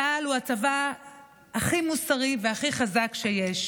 צה"ל הוא הצבא הכי מוסרי והכי חזק שיש,